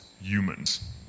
humans